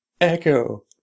echo